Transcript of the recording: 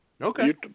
Okay